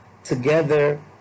together